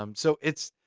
um so it's,